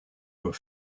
were